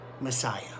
Messiah